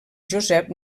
josep